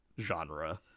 ...genre